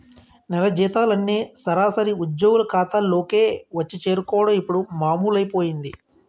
నెల జీతాలన్నీ సరాసరి ఉద్యోగుల ఖాతాల్లోకే వచ్చి చేరుకోవడం ఇప్పుడు మామూలైపోయింది